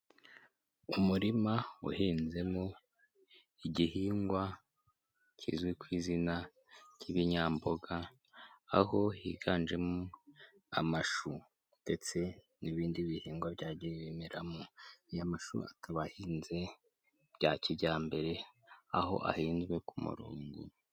Umurima uhinzemo igihingwa kizwi ku izina ry'ibinyamboga, aho higanjemo amashu ndetse n'ibindi bihingwa byagiye bimeramo, aya mashu akaba ahinze bya kijyambere, aho ahinzwe ku murongo.